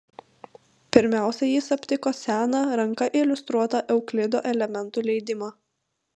pirmiausia jis aptiko seną ranka iliustruotą euklido elementų leidimą